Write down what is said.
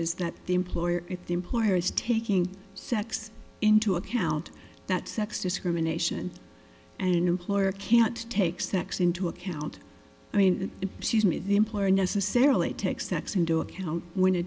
is that the employer if the employer is taking sex into account that sex discrimination and employer can't take sex into account i mean she's made the employer unnecessarily take sex into account when